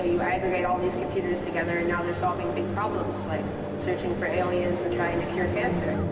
aggregate all these computers together and now they're solving big problems like searching for aliens or trying to cure cancer